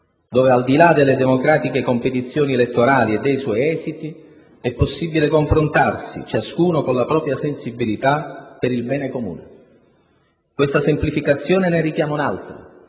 dove al di là delle democratiche competizioni elettorali e dei suoi esiti è possibile confrontarsi, ciascuno con la propria sensibilità, per il bene comune. Questa semplificazione ne richiama un'altra: